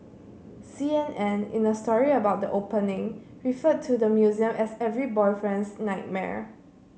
C N N in a story about the opening referred to the museum as every boyfriend's nightmare